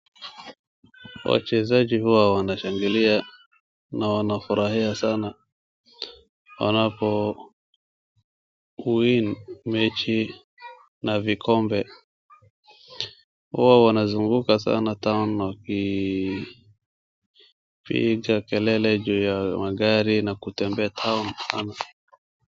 Wachezaji huwa wanashangilia na wanafurahia sana wanapowin mechi na vikombe huwa wanazunguka sana town wakipiga makelele juu ya magari na kutembea town .